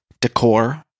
decor